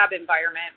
environment